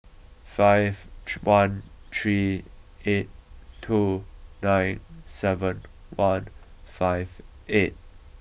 five tran three eight two nine seven one five eight